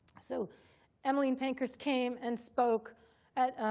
so emmeline pankhurst came and spoke at